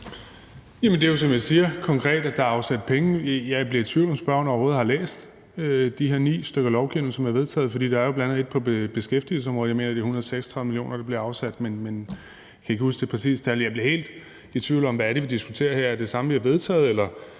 siger, nemlig at der konkret er afsat penge. Jeg bliver i tvivl om, om spørgeren overhovedet har læst de her ni lovforslag, der er blevet vedtaget. Der er jo bl.a. et på beskæftigelsesområdet, og jeg mener, at det er 136 mio. kr., der er afsat der, men jeg kan ikke huske det præcise tal. Jeg bliver helt i tvivl om, hvad det er, vi diskuterer her. Er det de samme ting, vi har vedtaget,